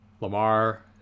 Lamar